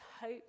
hope